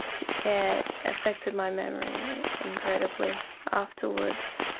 yeah, it affected my memory incredibly afterwards.